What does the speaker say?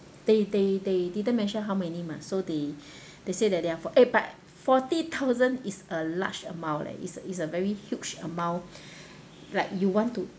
they they they didn't mention how many mah so they they say that they are for~ eh but forty thousand is a large amount leh it's a it's a very huge amount like you want to